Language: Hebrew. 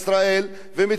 ומצד שני,